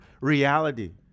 reality